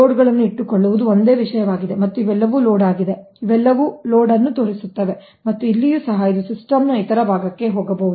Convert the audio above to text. ಲೋಡ್ಗಳನ್ನು ಇಟ್ಟುಕೊಳ್ಳುವುದು ಒಂದೇ ವಿಷಯವಾಗಿದೆ ಮತ್ತು ಇವೆಲ್ಲವೂ ಲೋಡ್ ಆಗಿವೆ ಇವೆಲ್ಲವೂ ಲೋಡ್ ಅನ್ನು ತೋರಿಸುತ್ತಿವೆ ಮತ್ತು ಇಲ್ಲಿಯೂ ಸಹ ಇದು ಸಿಸ್ಟಮ್ನ ಇತರ ಭಾಗಕ್ಕೆ ಹೋಗಬಹುದು